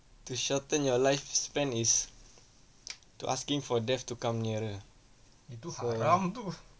to shorten your lifespan is to asking for death to come nearer